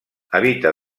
habita